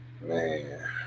man